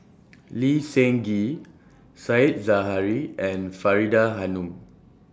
Lee Seng Gee Said Zahari and Faridah Hanum